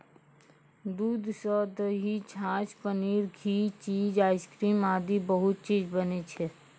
दूध सॅ दही, छाछ, पनीर, घी, चीज, आइसक्रीम आदि बहुत चीज बनै छै